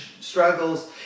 struggles